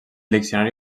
diccionari